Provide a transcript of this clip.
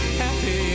happy